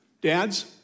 Dads